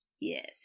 Yes